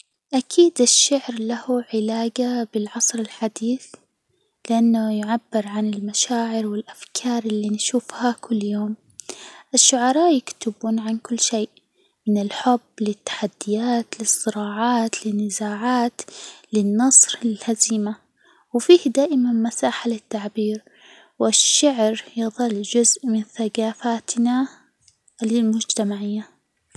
أكيد، الشعر له علاجة بالعصر الحديث، لأنه يعبر عن المشاعر، والأفكار اللي نشوفها كل يوم، الشعراء يكتبون عن كل شيء من الحب، للتحديات، للصراعات، للنزاعات، للنصر، للهزيمة، وفيه دائمًا مساحة للتعبير، والشعر يظل جزء من ثجافتنا المجتمعية.